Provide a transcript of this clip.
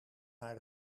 naar